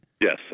Yes